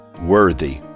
worthy